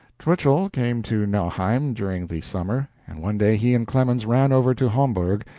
twichell came to nauheim during the summer, and one day he and clemens ran over to homburg,